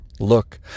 Look